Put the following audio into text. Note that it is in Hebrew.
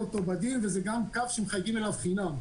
לפנות גם לוועדת הרבנים וגם אלינו לפניות הציבור